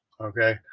Okay